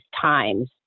times